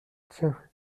tiens